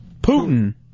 Putin